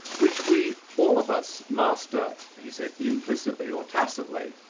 which we, all of us, master, he said, implicitly or tacitly,